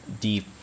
deep